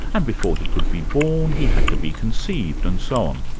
and before he could be born he had to be conceived, and so on.